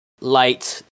light